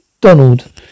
Donald